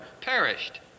perished